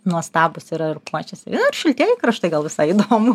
nuostabūs yra ir puošiasi nu ir šiltieji kraštai gal visai įdomu